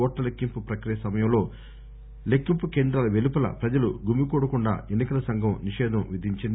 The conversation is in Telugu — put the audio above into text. ఓట్ట లెక్కింపు ప్రక్రియ సమయంలో లెక్కింపు కేంద్రాల పెలుపల ప్రజలు గుమిగూడకుండా ఎన్ని కల సంఘం నిషేధం విధించింది